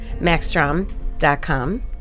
maxstrom.com